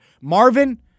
Marvin